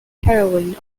heroine